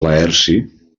laerci